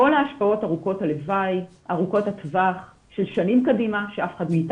כל ההשפעות ארוכות הטווח של שנים קדימה,